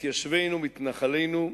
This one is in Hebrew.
מתיישבינו, מתנחלינו,